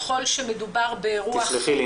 סלחי לי,